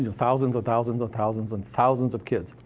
thousands and thousands and thousands and thousands of kids.